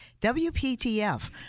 wptf